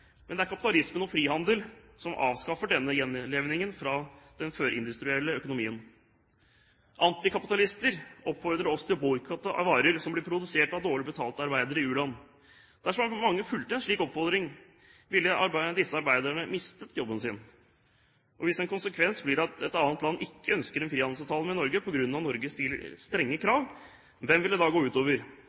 men det er kapitalisme og frihandel som avskaffer denne gjenlevningen fra den førindustrielle økonomien. Antikapitalister oppfordrer oss til å boikotte varer som blir produsert av dårlig betalte arbeidere i u-land. Dersom mange fulgte en slik oppfordring, ville disse arbeiderne mistet jobben sin. Hvis en konsekvens blir at et annet land ikke ønsker en frihandelsavtale med Norge på grunn av at Norge stiller strenge krav – hvem vil det da gå